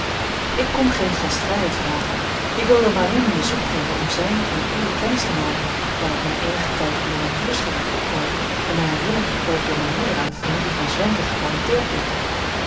ik kom geene gastvrijheid vragen ik wilde hem alleen een bezoek brengen om zijne en uwe kennis te maken daar ik mij eenigen tijd in de nabuurschap moet ophouden en mij herinner dat ik door mijne moeder aan de familie von zwenken geparenteerd ben